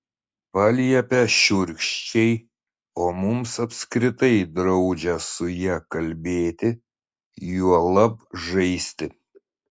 paliepia šiurkščiai o mums apskritai draudžia su ja kalbėti juolab žaisti